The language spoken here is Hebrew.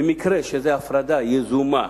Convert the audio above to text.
במקרה שזו הפרדה יזומה.